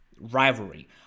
rivalry